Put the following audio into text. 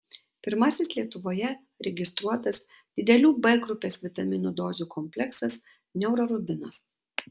pirmasis lietuvoje registruotas didelių b grupės vitaminų dozių kompleksas neurorubinas